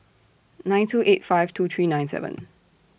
nine two eight five two three nine seven